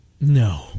No